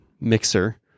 mixer